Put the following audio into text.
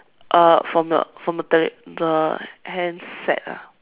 uh from the from the tele~ the handset ah